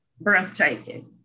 breathtaking